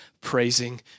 praising